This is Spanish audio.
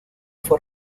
fue